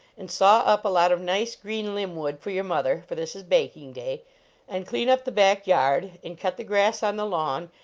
and saw up a lot of nice green limb-wood for your mother for this is baking day and clean up the back yard, and cut the grass on the lawn,